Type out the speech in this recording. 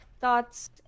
thoughts